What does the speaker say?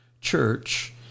Church